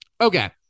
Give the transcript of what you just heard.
Okay